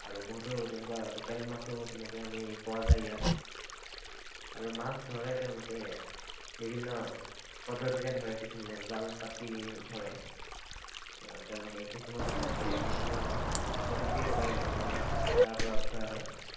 আৰু বহুতো তেনেকুৱা লোকেল মাছো তেনেকৈ আমি পোৱা যায় ইয়াত আৰু মাছ ধৰে তেওঁলোকে বিভিন্ন পদ্ধতিৰে ধৰে কিছুমানে জাল পাতি ধৰে তেওঁলোকে কিছুমানে বিভিন্ন প্ৰযুক্তি লগাই মাছ তাৰপৰা উঠোৱা হয়